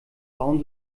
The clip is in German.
bauen